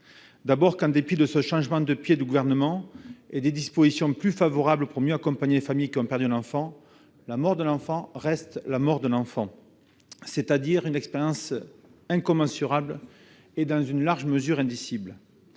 D'abord, en dépit de ce changement de pied du Gouvernement et des dispositions plus favorables pour mieux accompagner les familles qui ont perdu un enfant, la mort d'un enfant reste la mort d'un enfant, c'est-à-dire une expérience incommensurable et, dans une large mesure, indicible.